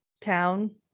town